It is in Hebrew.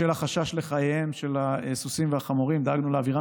בשל החשש לחייהם של הסוסים והחמורים דאגנו להעבירם